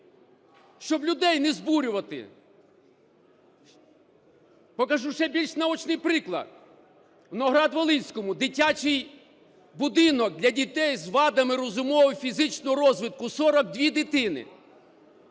щоб людей не збурювати. Покажу ще більш наочний приклад. В Новоград-Волинському дитячий будинок для дітей з вадами розумового і фізичного розвитку, 42 дитини.